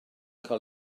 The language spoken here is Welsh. cael